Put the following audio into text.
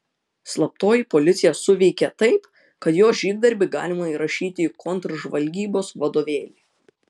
slaptoji policija suveikė taip kad jos žygdarbį galima įrašyti į kontržvalgybos vadovėlį